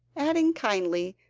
adding kindly,